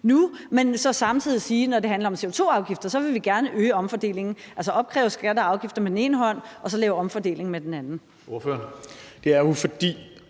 CO2-afgifter, vil man gerne øge omfordelingen – altså opkræve skatter og afgifter med den ene hånd og så lave omfordeling med den anden?